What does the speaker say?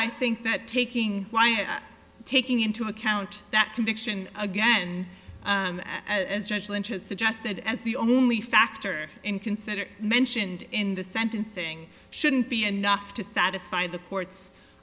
i think that taking taking into account that conviction again suggested as the only factor in consider mentioned in the sentencing shouldn't be enough to satisfy the court